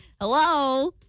hello